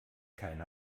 keine